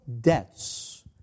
debts